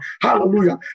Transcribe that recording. Hallelujah